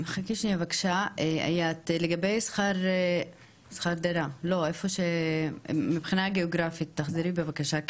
חכי רגע איאת, לגבי שכר דירה, תחזרי בבקשה.